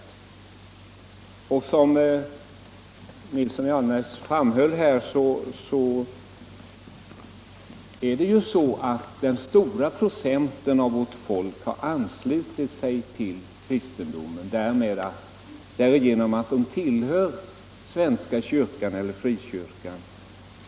Som herr Nilsson 11 november 1975 i Agnäs framhöll har den stora procentandelen av vårt folk anslutit sig till kristendomen genom att den tillhör Svenska kyrkan eller frikyrkan.